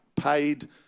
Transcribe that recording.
paid